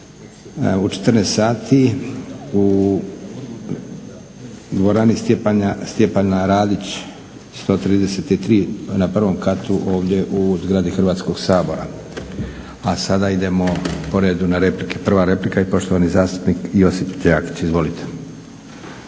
u 14,00 sati u dvorani Stjepana Radića 133 na 1.katu ovdje u zgradi Hrvatskog sabora. A sada idemo po redu na replike. Prva replika i poštovani zastupnik Josip Đakić. Izvolite.